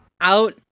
out